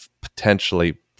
potentially